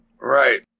Right